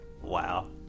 Wow